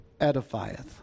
edifieth